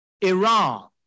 Iran